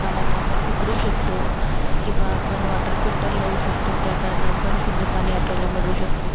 पाण्याला आपण उकळू शकतो किंवा आपण वॉटर फिल्टर लावू शकतो त्याकारण आपण शुद्ध पाणी आपल्याला मिळू शकते